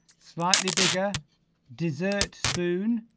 slightly bigger dessert spoon